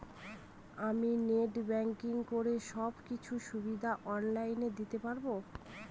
আমি net banking করে সব কিছু সুবিধা অন লাইন দিতে পারবো?